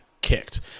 kicked